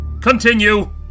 Continue